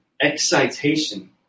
excitation